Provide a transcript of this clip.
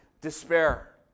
despair